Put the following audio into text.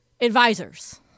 advisors